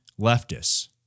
leftists